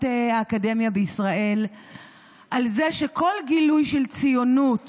האקדמיה בישראל על זה שכל גילוי של ציונות